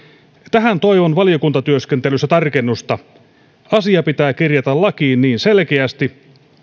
tähän toivon valiokuntatyöskentelyssä tarkennusta asia pitää kirjata lakiin niin selkeästi